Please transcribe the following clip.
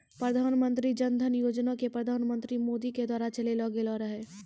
प्रधानमन्त्री जन धन योजना के प्रधानमन्त्री मोदी के द्वारा चलैलो गेलो रहै